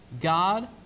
God